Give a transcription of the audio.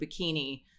bikini